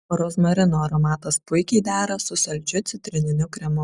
rozmarinų aromatas puikiai dera su saldžiu citrininiu kremu